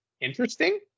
interesting